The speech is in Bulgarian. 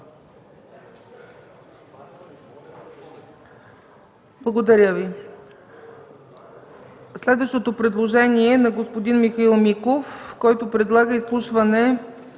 не е прието. Следващото предложение е на господин Михаил Миков, който предлага изслушване